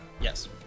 Yes